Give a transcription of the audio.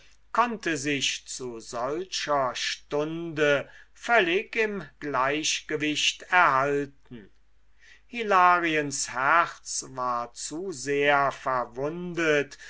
konnte sich zu solcher stunde völlig im gleichgewicht erhalten hilariens herz war zu sehr verwundet